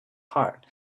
heart